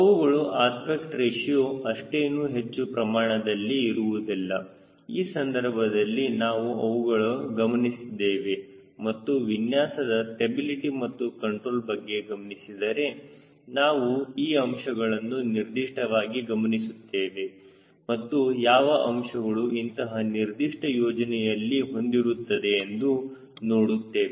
ಅವುಗಳ aspect ratio ಅಷ್ಟೇನೂ ಹೆಚ್ಚು ಪ್ರಮಾಣದಲ್ಲಿ ಇರುವುದಿಲ್ಲ ಈ ಸಂದರ್ಭದಲ್ಲಿ ನಾವು ಅವುಗಳನ್ನು ಗಮನಿಸಿದ್ದೇವೆ ಮತ್ತು ವಿನ್ಯಾಸದ ಸ್ಟೆಬಿಲಿಟಿ ಮತ್ತು ಕಂಟ್ರೋಲ್ ಬಗ್ಗೆ ಗಮನಿಸಿದರೆ ನಾವು ಈ ಅಂಶಗಳನ್ನು ನಿರ್ದಿಷ್ಟವಾಗಿ ಗಮನಿಸುತ್ತೇವೆ ಮತ್ತು ಯಾವ ಅಂಶಗಳು ಇಂತಹ ನಿರ್ದಿಷ್ಟ ಸಂಯೋಜನೆಯಲ್ಲಿ ಹೊಂದಿರುತ್ತದೆ ಎಂದು ನೋಡುತ್ತೇವೆ